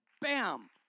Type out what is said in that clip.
Bam